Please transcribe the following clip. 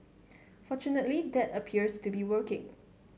fortunately that appears to be working